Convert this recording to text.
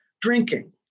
drinking